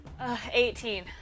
18